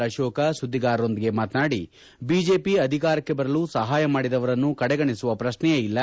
ಅಶೋಕ ಸುದ್ದಿಗಾರರ ಜೊತೆ ಮಾತನಾಡಿ ಬಿಜೆಪಿ ಅಧಿಕಾರಕ್ಷೆ ಬರಲು ಸಹಾಯ ಮಾಡಿದವರನ್ನು ಕಡೆಗಣಿಸುವ ಪ್ರಕ್ಷೆಯೇ ಇಲ್ಲ